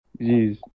Jeez